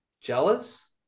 jealous